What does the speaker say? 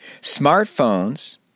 Smartphones